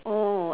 oh